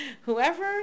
whoever